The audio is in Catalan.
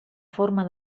forma